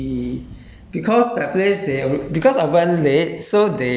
harry's 的 but then after that uh we